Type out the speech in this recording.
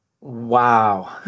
Wow